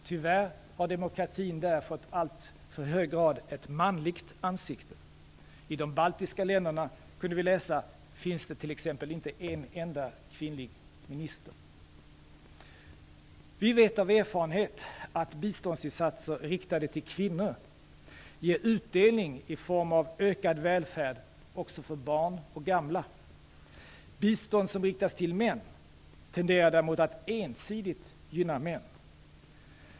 Tyvärr har demokratin där i alltför hög grad fått ett manligt ansikte. I det baltiska länderna, kunde vi läsa, finns det t.ex. inte en enda kvinnlig minister. Vi vet av erfarenhet att biståndsinsatser riktade till kvinnor ger utdelning i form av ökad välfärd också för barn och gamla. Bistånd som riktas till män tenderar däremot att ensidigt gynna män.